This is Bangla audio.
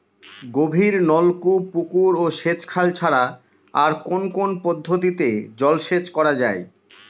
গভীরনলকূপ পুকুর ও সেচখাল ছাড়া আর কোন কোন পদ্ধতিতে জলসেচ করা যায়?